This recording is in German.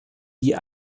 die